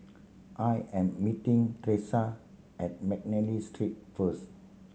I am meeting Teressa at McNally Street first